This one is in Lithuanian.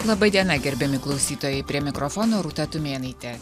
laba diena gerbiami klausytojai prie mikrofono rūta tumėnaitė